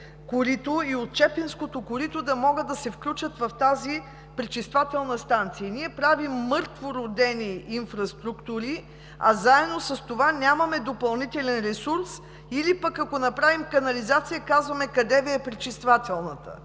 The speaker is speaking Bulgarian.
и от Чепинското корито, да могат да се включат в тази пречиствателна станция. Ние правим мъртвородени инфраструктури, а заедно с това нямаме допълнителен ресурс, или пък, ако направим канализация, казваме къде да е пречиствателната.